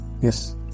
Yes